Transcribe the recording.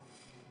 המתנה.